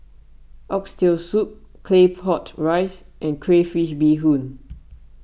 Oxtail Soup Claypot Rice and Crayfish BeeHoon